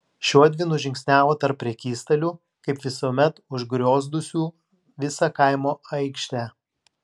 šiuodvi nužingsniavo tarp prekystalių kaip visuomet užgriozdusių visą kaimo aikštę